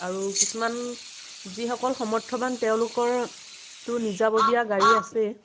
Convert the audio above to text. আৰু কিছুমান যিসকল সমৰ্থবান তেওঁলোকৰতো নিজাববীয়া গাড়ী আছেই